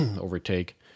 overtake